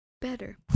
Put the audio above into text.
Better